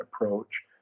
approach